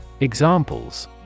Examples